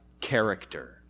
character